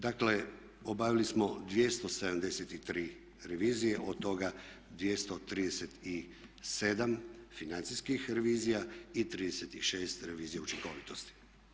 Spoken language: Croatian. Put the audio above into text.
Dakle, obavili smo 273 revizije, od toga 237 financijskih revizija i 36 revizija učinkovitosti.